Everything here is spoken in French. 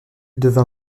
devint